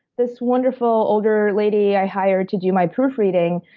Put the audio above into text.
this wonderful older lady i hired to do my proofreading,